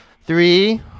Three